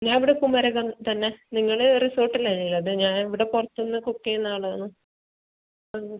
ഞാൻ ഇവിടെ കുമരകം തന്നെ നിങ്ങൾ റിസോർട്ടിൽ അല്ലല്ലോ അത് ഞാൻ ഇവിടെ പുറത്തുന്ന് കുക്ക് ചെയ്യുന്ന ആളാണ് അതെ